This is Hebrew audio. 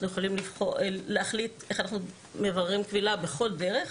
יכולים להחליט איך אנחנו מבררים קבילה בכל דרך